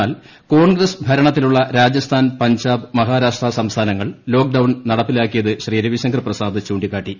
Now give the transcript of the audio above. എന്നാൽ കോൺഗ്രസ് ഭരണത്തിലുളള രാജസ്ഥാൻ പഞ്ചാബ് മഹാരാഷ്ട്ര സംസ്ഥാനങ്ങൾ ലോക്ക്ഡൌൺ നടപ്പിലാക്കിയത് ശ്രീ രവിശങ്കർ പ്രസാദ് ചൂണ്ടിക്കാട്ടി